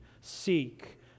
seek